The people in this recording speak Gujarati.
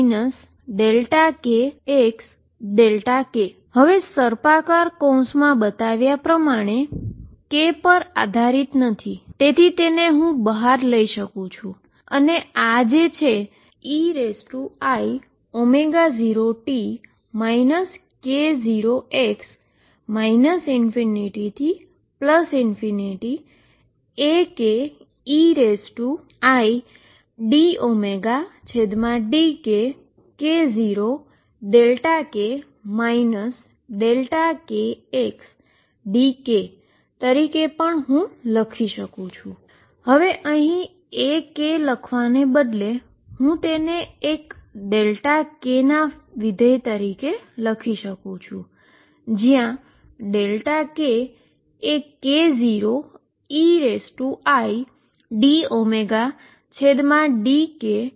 કર્લી બ્રેકેટમાં બતાવેલ પ્રમાણ k પર આધારિત નથી તેથી હું તેને બહાર લઈ શકું છું અને આને ei0t k0x ∞Akeidωdkk0k kxdkતરીકે લખી શકું છું A લખવાને બદલે હું તેને એક k ના ફંકશન તરીકે લખી શકું છું જ્યાં k એ k 0